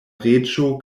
reĝo